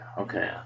Okay